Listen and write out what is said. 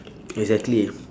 exactly